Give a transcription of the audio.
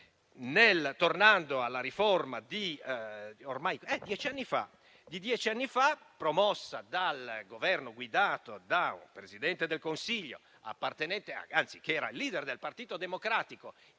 Tornando alla riforma di ormai dieci anni fa, promossa da un Governo guidato da un Presidente del Consiglio che era il *leader* del Partito Democratico